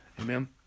Amen